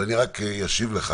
ואני רק אשיב לך